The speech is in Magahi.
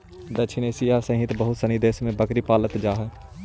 दक्षिण एशिया सहित बहुत सनी देश में बकरी पालल जा हइ